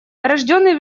рожденный